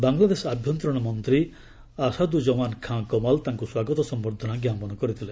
ବାଙ୍ଗଲାଦେଶ ଆଭ୍ୟନ୍ତରିଣ ମନ୍ତ୍ରୀ ଆସାଦୁଜ୍ୱମାନ୍ ଖାଁ କମାଲ୍ ତାଙ୍କୁ ସ୍ୱାଗତ ସମ୍ଭର୍ଦ୍ଧନା ଜ୍ଞାପନ କରିଥିଲେ